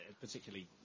particularly